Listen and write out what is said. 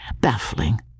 Baffling